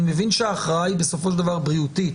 מבין שההכרעה היא בסופו של דבר בריאותית,